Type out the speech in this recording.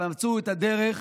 אבל מצאו את הדרך